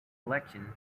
collection